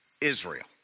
Israel